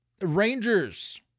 Rangers